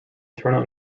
internal